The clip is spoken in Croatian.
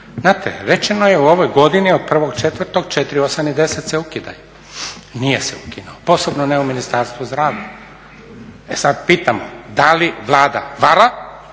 Znate, rečeno je u ovoj godini od 1.4. četiri, osam i deset se ukidaju. Nije se ukinuo, posebno ne u Ministarstvu zdravlja. E sad pitam da li Vlada vara